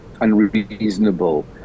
unreasonable